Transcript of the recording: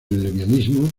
lesbianismo